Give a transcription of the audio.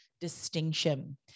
distinction